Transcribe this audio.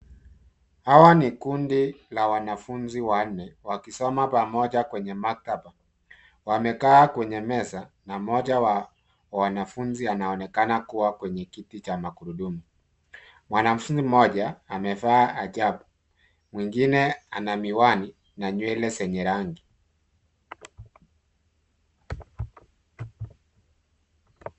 Hawa ni kundi la wanafunzi wanne, wakisoma pamoja kwenye maktaba. Wamekaa kwenye meza na mmoja wa wanafunzi anaonekana kuwa kwenye kiti cha magurudumu. Mwanafunzi mmoja, amevaa hijabu, mwingine ana miwani na nywele zenye rangi.